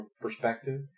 perspective